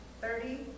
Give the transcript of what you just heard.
thirty